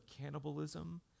cannibalism